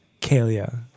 Kalia